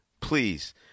please